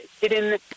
hidden